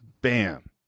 bam